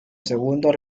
segundo